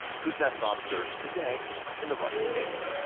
kuznetsov serves today in the russian navy.